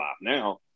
now